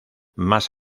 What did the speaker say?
más